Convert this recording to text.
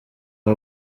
aho